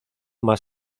más